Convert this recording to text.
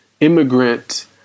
immigrant